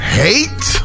hate